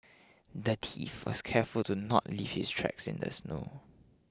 the thief was careful to not leave his tracks in the snow